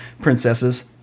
princesses